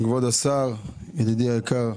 כבוד השר, ידידי היקר,